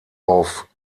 auf